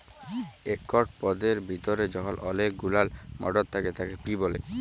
একট পদের ভিতরে যখল অলেক গুলান মটর থ্যাকে তাকে পি ব্যলে